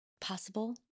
possible